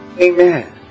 Amen